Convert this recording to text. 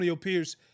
Pierce